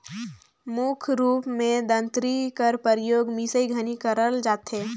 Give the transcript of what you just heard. मुख रूप मे दँतरी कर परियोग मिसई घनी करल जाथे